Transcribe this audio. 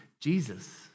Jesus